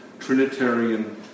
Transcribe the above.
Trinitarian